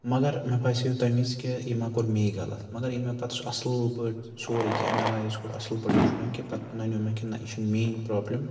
مگر مےٚ باسیو تَمہِ وِز کہِ یہِ ما کوٚر مے غلط مگر ییٚلہِ مےٚ پَتہٕ سُہ اَصٕل پٲٹھۍ سورُے کینٛہہ اٮ۪نَلایز کوٚر اَصٕل پٲٹھۍ وٕچھ مےٚ کہِ پَتہٕ نَنیو مےٚ کہِ یہِ چھِنہٕ میٛٲنۍ پرٛابلِم